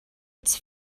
its